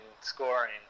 scoring